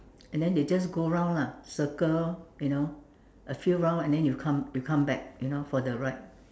and then they just go round lah circle you know a few round and then you come you come back you know for the ride